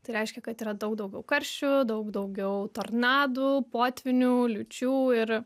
tai reiškia kad yra daug daugiau karščių daug daugiau tornadų potvynių liūčių ir